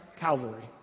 Calvary